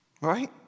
right